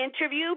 interview